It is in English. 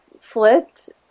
flipped